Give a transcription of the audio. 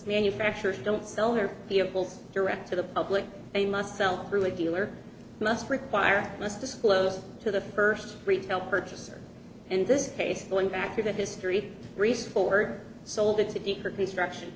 manufacturers don't sell her vehicles direct to the public they must sell through a dealer must require must disclose to the first retail purchaser in this case going back to the history grease for sold it to decrease traction